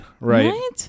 right